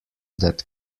that